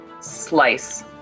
slice